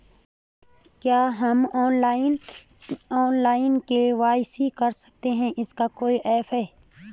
क्या हम online KYC कर सकते हैं इसका कोई ऐप है?